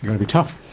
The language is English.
be tough.